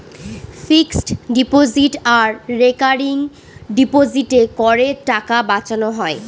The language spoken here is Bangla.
ফিক্সড ডিপোজিট আর রেকারিং ডিপোজিটে করের টাকা বাঁচানো হয়